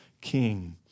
king